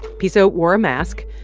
pisso wore a mask,